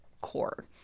core